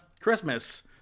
Christmas